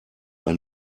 ein